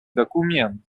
документ